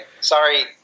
sorry